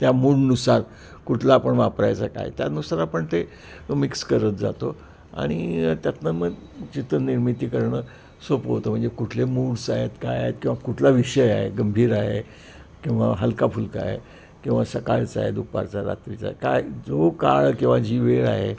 त्या मूडनुसार कुठला आपण वापरायचा काय त्यानुसार आपण ते मिक्स करत जातो आणि त्यातनं मग चित्रनिर्मिती करणं सोपं होतं म्हणजे कुठले मूड्स आहेत काय आहेत किंवा कुठला विषय आहे गंभीर आहे किंवा हलकाफुलका आहे किंवा सकाळचा आहे दुपारचा रात्रीचा आहे काय जो काळ किंवा जी वेळ आहे